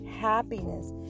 Happiness